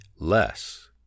less